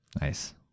Nice